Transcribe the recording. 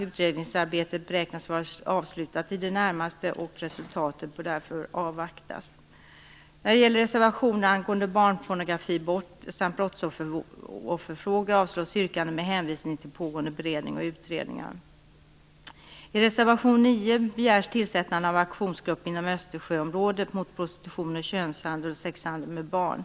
Utredningsarbetet beräknas vara i det närmaste avslutat, och dess resultat bör därför avvaktas. Även reservationerna om barnpornografibrott och om brottsofferfrågor avstyrks med hänvisning till pågående beredning och utredningar. I reservation 9 begärs tillsättande av en aktionsgrupp inom Östersjöområdet mot prostitution, könshandel och sexhandel med barn.